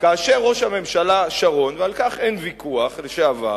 כאשר ראש הממשלה שרון ועל כך אין ויכוח, לשעבר,